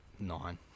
Nine